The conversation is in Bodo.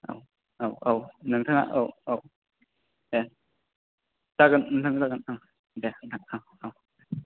औ औ औ नोंथाङा औ दे जागोन नोंथां दे दे अ' अ'